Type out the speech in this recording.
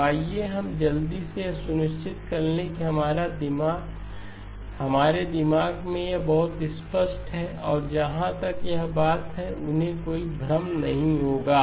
तो आइए हम जल्दी से यह सुनिश्चित कर लें कि हमारे दिमाग में यह बहुत स्पष्ट है और जहां तक यह बात है उन्हें कोई भ्रम नहीं होगा